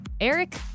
Eric